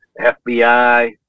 FBI